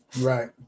right